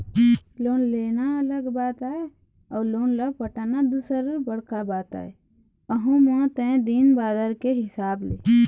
loan लेना अलग बात आय अउ लोन ल पटाना दूसर बड़का बात आय अहूँ म तय दिन बादर के हिसाब ले